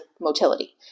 motility